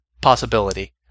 possibility